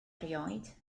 erioed